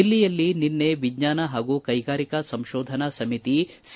ದಿಲ್ಲಿಯಲ್ಲಿ ನಿನ್ನೆ ವಿಜ್ವಾನ ಹಾಗೂ ಕೈಗಾರಿಕಾ ಸಂಶೋಧನಾ ಸಮಿತಿ ಸಿ